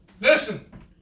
Listen